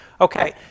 Okay